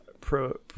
pro